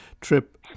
trip